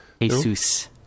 Jesus